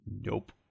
Nope